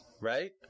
right